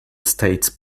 states